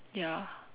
ya